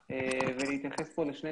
פה,